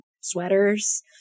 sweaters